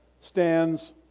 stands